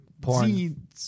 porn